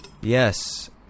Yes